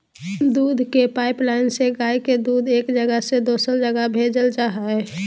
दूध के पाइपलाइन से गाय के दूध एक जगह से दोसर जगह भेजल जा हइ